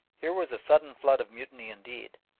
here was a sudden flood of mutiny indeed!